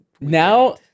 Now